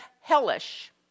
hellish